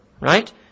right